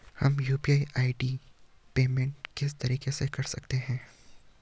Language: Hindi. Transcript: हम यु.पी.आई पेमेंट किस तरीके से कर सकते हैं?